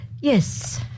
Yes